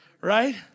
Right